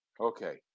Okay